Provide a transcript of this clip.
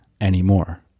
anymore